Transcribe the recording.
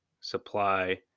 supply